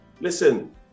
Listen